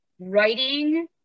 writing